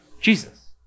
Jesus